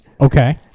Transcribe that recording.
Okay